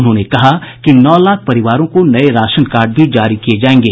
उन्होंने कहा कि नौ लाख परिवारों को नये राशन कार्ड भी जारी किये जायेंगे